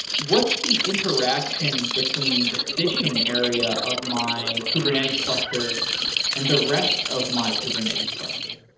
what's the interaction between the fission area of my kubernetes cluster and the rest of my kubernetes cluster?